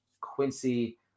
Quincy